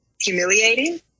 humiliating